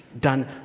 done